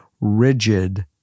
rigid